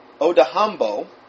O'Dahambo